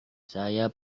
saya